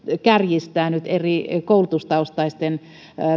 kärjistää tilannetta eri koulutustaustaisten